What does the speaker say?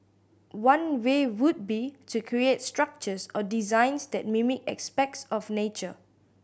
one way would be to create structures or designs that mimic aspects of nature